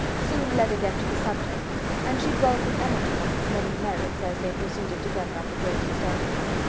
soon led again to the subject and she dwelt with energy on his many merits as they proceeded together up the great staircase.